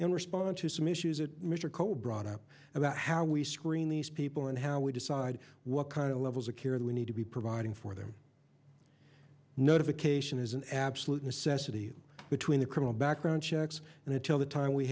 in response to some issues that mr cole brought up about how we screen these people and how we decide what kind of level security we need to be providing for them notification is an absolute necessity between a criminal background checks and until the time we